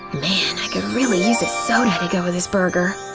man, i could really use a soda to go with this burger.